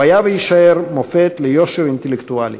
הוא היה ויישאר מופת ליושר אינטלקטואלי.